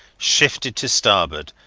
shifted to starboard,